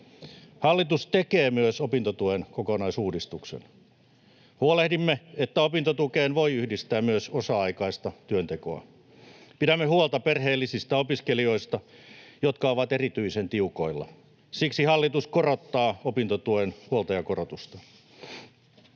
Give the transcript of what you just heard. Hallitus tekee myös opintotuen kokonaisuudistuksen. Huolehdimme, että opintotukeen voi yhdistää myös osa-aikaista työntekoa. Pidämme huolta perheellisistä opiskelijoista, jotka ovat erityisen tiukoilla. Siksi hallitus korottaa opintotuen huoltajakorotusta.